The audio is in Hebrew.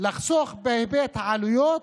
לחסוך בהיבט העלויות: